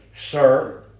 Sir